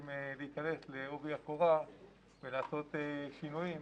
להיכנס לעובי הקורה ולעשות שינויים,